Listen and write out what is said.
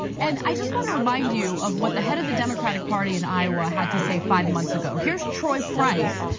and i just want to remind you of what the head of the democratic party in iowa had to say five months ago. here's troy price,